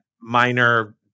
minor